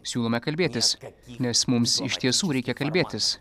siūlome kalbėtis nes mums iš tiesų reikia kalbėtis